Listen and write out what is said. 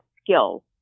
skills